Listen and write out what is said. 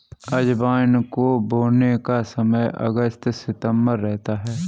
अजवाइन को बोने का समय अगस्त सितंबर रहता है